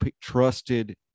trusted